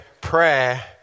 prayer